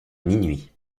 minuit